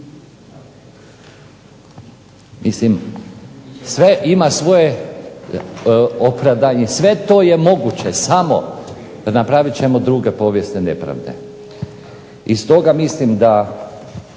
Mislim, sve ima svoje opravdanje, sve to je moguće samo napravit ćemo druge povijesne nepravde. I stoga mislim da